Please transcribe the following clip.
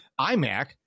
iMac